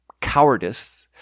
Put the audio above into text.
cowardice